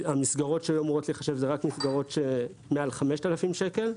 המסגרות שהיו אמורות להיחשב זה רק מסגרות שמעל 5,000 שקל,